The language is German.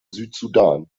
südsudan